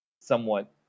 somewhat